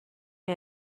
این